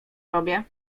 tobie